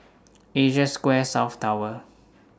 Asia Square South Tower